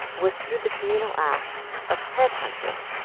was through the communal act of headhunting,